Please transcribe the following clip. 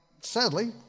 sadly